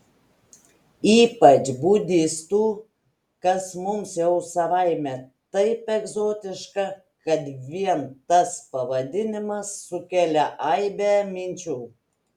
ypač budistų kas mums jau savaime taip egzotiška kad vien tas pavadinimas sukelia aibę minčių